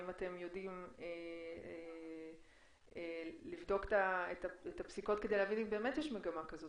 האם אתם יודעים לבדוק את הפסיקות כדי להבין אם באמת יש מגמה כזאת.